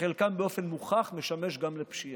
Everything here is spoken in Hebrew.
ברי הכנסת חוברת ב' ישיבה